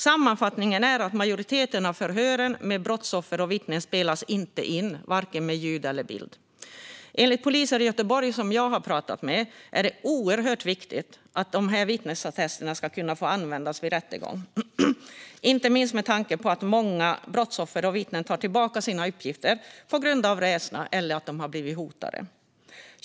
Sammanfattningen är att majoriteten av förhören med brottsoffer och vittnen inte spelas in, varken med ljud eller med bild. Enligt poliser i Göteborg som jag har pratat med är det oerhört viktigt att dessa vittnesattester kan användas vid rättegång, inte minst med tanke på att många brottsoffer och vittnen tar tillbaka sina uppgifter på grund av rädsla eller hot.